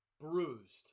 bruised